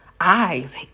eyes